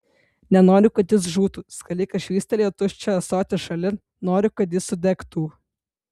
nenoriu kad jis žūtų skalikas švystelėjo tuščią ąsotį šalin noriu kad jis sudegtų